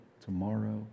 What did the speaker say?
tomorrow